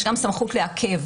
יש גם סמכות לעכב,